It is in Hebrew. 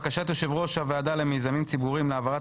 בקשת יושב ראש הוועדה למיזמים ציבוריים להעברת